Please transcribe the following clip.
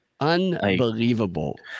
Unbelievable